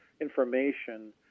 information